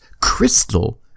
crystal